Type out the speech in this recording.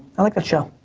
i like this show.